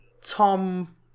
Tom